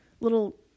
little